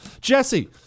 Jesse